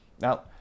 now